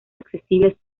accesibles